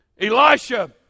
Elisha